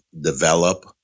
develop